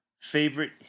favorite